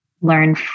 learn